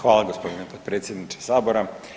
Hvala gospodine potpredsjedniče sabora.